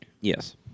Yes